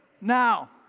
Now